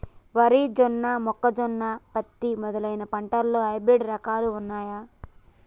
వరి జొన్న మొక్కజొన్న పత్తి మొదలైన పంటలలో హైబ్రిడ్ రకాలు ఉన్నయా?